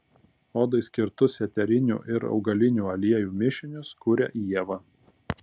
odai skirtus eterinių ir augalinių aliejų mišinius kuria ieva